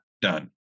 done